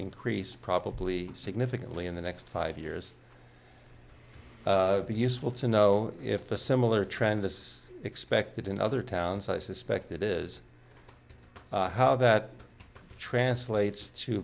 increase probably significantly in the next five years be useful to know if a similar trend is expected in other towns i suspect that is how that translates to